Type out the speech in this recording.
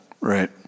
Right